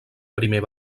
primer